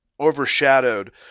overshadowed